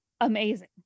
amazing